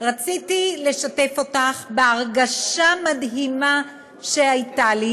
רציתי לשתף אותך בהרגשה מדהימה שהייתה לי